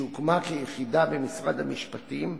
שהוקמה כיחידה במשרד המשפטים,